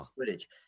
footage